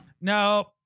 No